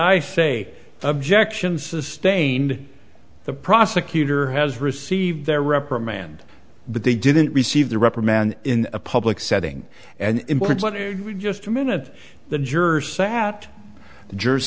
face objection sustained the prosecutor has received their reprimand but they didn't receive the reprimand in a public setting and in just a minute the juror sat j